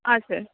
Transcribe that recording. आ sir